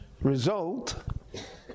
result